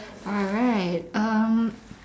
alright um